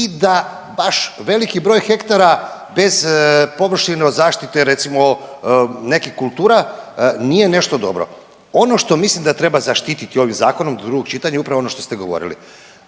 i da baš veliki broj hektara bez površine od zaštite recimo nekih kultura nije nešto dobro. Ono što mislim da treba zaštititi ovim zakonom do drugog čitanja je upravo ono što ste govorili,